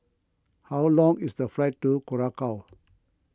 how long is the flight to Curacao